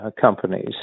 companies